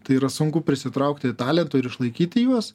tai yra sunku prisitraukti talentų ir išlaikyti juos